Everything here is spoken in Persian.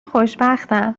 خوشبختم